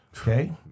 Okay